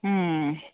ꯎꯝ